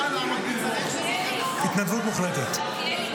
--- של הוועדה, היא לא התכנסה כל המלחמה.